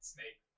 Snake